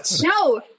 No